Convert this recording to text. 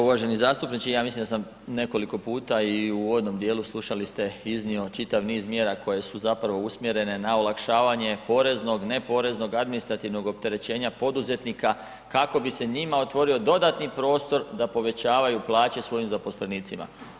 Uvaženi zastupniče ja sam nekoliko puta i u uvodom dijelu slušali ste iznio čitav niz mjera koje su zapravo usmjerene na olakšavanje poreznog, neporeznog administrativnog opterećenja poduzetnika, kako bi se njima otvorio dodatni prostor da povećavaju plaće svojim zaposlenicima.